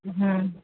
હમ